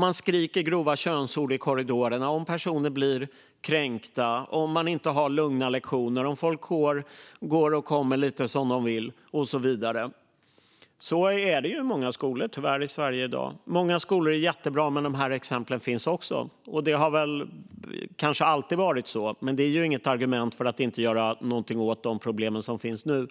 man skriker grova könsord i korridorerna, personer blir kränkta, man har inte lugna lektioner, folk går och kommer lite som de vill och så vidare. Många skolor är jättebra, men de här exemplen finns också. Det kanske alltid har varit så, men det är inget argument för att inte göra någonting åt de problem som finns nu.